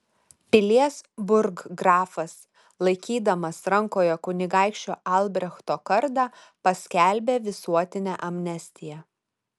pilies burggrafas laikydamas rankoje kunigaikščio albrechto kardą paskelbė visuotinę amnestiją